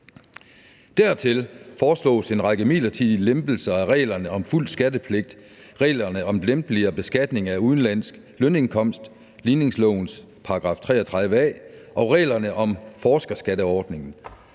Dertil foreslås en række midlertidige lempelser af reglerne om fuld skattepligt, reglerne om lempeligere beskatning af udenlandsk lønindkomst, ligningslovens § 33 A, og reglerne om forskerskatteordningen.